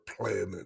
planet